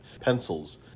pencils